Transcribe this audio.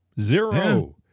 Zero